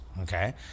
okay